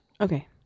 Okay